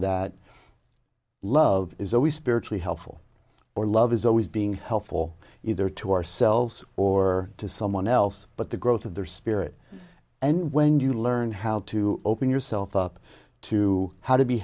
that love is always spiritual helpful or love is always being helpful either to ourselves or to someone else but the growth of their spirit and when you learn how to open yourself up to how to be